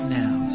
now